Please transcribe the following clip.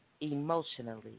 Emotionally